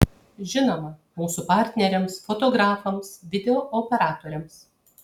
žinoma mūsų partneriams fotografams video operatoriams